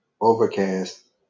Overcast